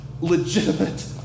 legitimate